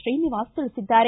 ಶ್ರೀನಿವಾಸ್ ತಿಳಿಸಿದ್ದಾರೆ